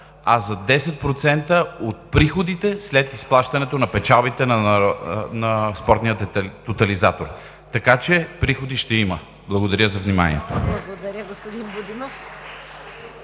а за 10% от приходите след изплащането на печалбите на Спортния тотализатор. Така че приходи ще има. Благодаря за вниманието.